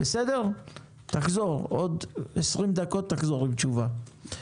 בעוד 20 דקות תחזור עם תשובה.